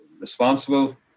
responsible